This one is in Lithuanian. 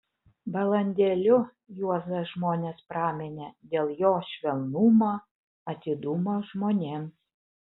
balandėliu juozą žmonės praminė dėl jo švelnumo atidumo žmonėms